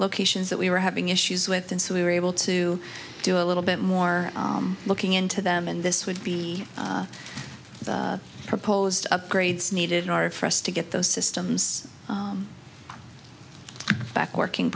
locations that we were having issues with and so we were able to do a little bit more looking into them and this would be proposed upgrades needed in order for us to get those systems back working